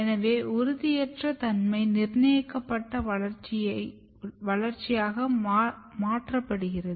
எனவே உறுதியற்ற தன்மை நிர்ணயிக்கப்பட்ட வளர்ச்சியாக மாற்றப்படுகிறது